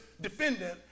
defendant